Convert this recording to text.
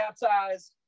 baptized